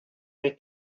they